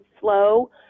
slow